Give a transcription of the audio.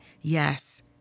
Yes